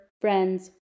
friends